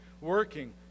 working